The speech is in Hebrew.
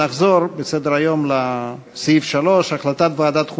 נחזור בסדר-היום לסעיף 3: החלטת ועדת החוקה,